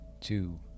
two